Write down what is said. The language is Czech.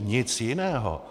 Nic jiného.